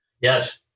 Yes